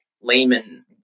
layman